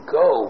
go